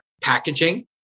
packaging